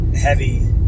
heavy